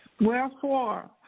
Wherefore